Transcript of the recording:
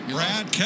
Brad